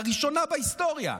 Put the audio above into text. לראשונה בהיסטוריה.